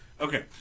okay